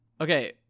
Okay